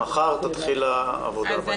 מחר תתחיל העבודה בעניין הזה.